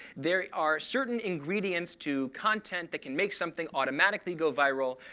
there are certain ingredients to content that can make something automatically go viral.